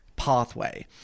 pathway